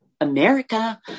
America